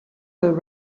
were